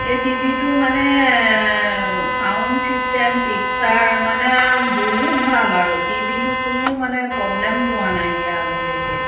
এই টিভিটো মানে চাউণ্ড চিষ্টেম পিকচাৰ মানে বহুত ভাল আৰু টিভিটো কোনো মানে পব্লেম পোৱা নাইকীয়া আজিলেকে